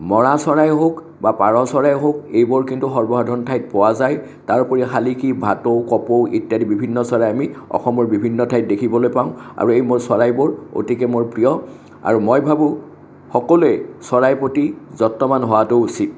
ম'ৰা চৰাই হওক বা পাৰ চৰাই হওক এইবোৰ কিন্তু সৰ্বসাধাৰণ ঠাইত পোৱা যায় তাৰ উপৰি শালিকী ভাটৌ কপৌ ইত্যাদি বিভিন্ন চৰাই আমি অসমৰ বিভিন্ন ঠাইত দেখিবলৈ পাওঁ আৰু এইবোৰ চৰাই মোৰ অতিকে প্ৰিয় আৰু মই ভাবোঁ সকলোৱে চৰাইৰ প্ৰতি যত্নবান হোৱাতো উচিত